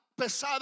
pesada